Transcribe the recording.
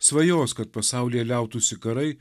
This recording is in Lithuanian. svajos kad pasaulyje liautųsi karai